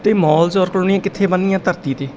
ਅਤੇ ਮਾਲਸ ਔਰ ਕਲੋਨੀਆਂ ਕਿੱਥੇ ਬਣਨ ਗੀਆਂ ਧਰਤੀ 'ਤੇ